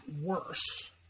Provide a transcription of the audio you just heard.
worse